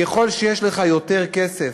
ככל שיש לך יותר כסף,